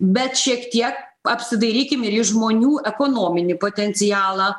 bet šiek tiek apsidairykim ir į žmonių ekonominį potencialą